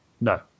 no